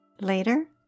Later